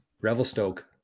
Revelstoke